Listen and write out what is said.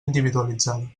individualitzada